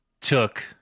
took